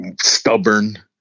stubborn